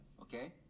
Okay